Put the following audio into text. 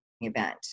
event